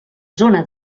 zona